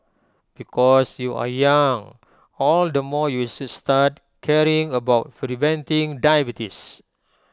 because you are young all the more you should start caring about preventing diabetes